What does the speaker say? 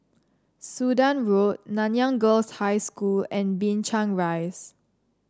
Sudan Road Nanyang Girls' High School and Binchang Rise